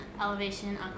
Elevation